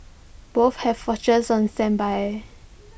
both have watchers on standby